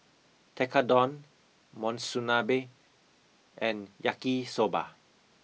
Tekkadon Monsunabe and Yaki Soba